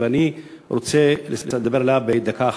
ואני רוצה לדבר עליה בדקה אחת,